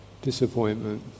disappointment